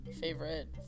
favorite